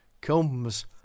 comes